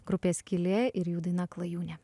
grupė skylė ir jų daina klajūnė